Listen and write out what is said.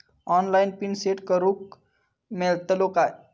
Online PIN set करूक मेलतलो काय?